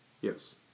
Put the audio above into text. Yes